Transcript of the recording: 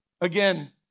again